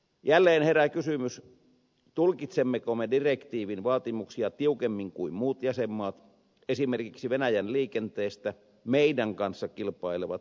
jälleen herää kysymys tulkitsemmeko me direktiivin vaatimuksia tiukemmin kuin muut jäsenmaat esimerkiksi venäjän liikenteestä meidän kanssamme kilpailevat baltian maat